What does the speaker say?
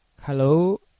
Hello